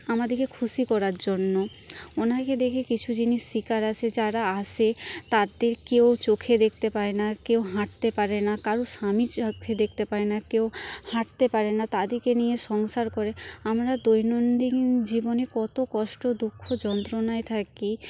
আমাদিকে খুশি করার জন্য ওনাকে দেখে কিছু জিনিস শিখার আছে যারা আসে তাদেরকেও চোখে দেখতে পাই না কেও হাঁটতে পারে না কারোর স্বামী চোখে দেখতে পায় না কেউ হাঁটতে পারে না তাদেরকে নিয়ে সংসার করে আমরা দৈনন্দিন জীবনে কত কষ্ট দুঃখ যন্ত্রণায় থাকি